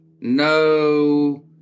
no